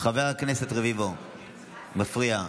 חבר הכנסת רביבו, מפריע.